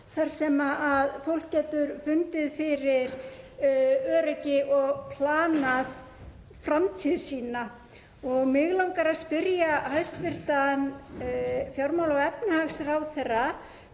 þar sem það getur fundið fyrir öryggi og planað framtíð sína. Mig langar að spyrja hæstv. fjármála- og efnahagsráðherra